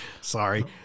sorry